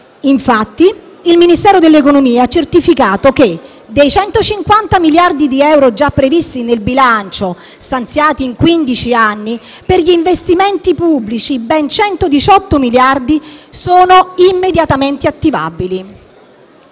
Il Ministero dell'economia ha certificato infatti che, dei 150 miliardi di euro già previsti nel bilancio (stanziati in quindici anni) per gli investimenti pubblici, ben 118 sono immediatamente attivabili.